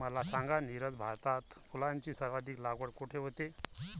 मला सांगा नीरज, भारतात फुलांची सर्वाधिक लागवड कुठे होते?